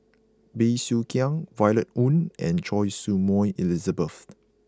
Bey Soo Khiang Violet Oon and Choy Su Moi Elizabeth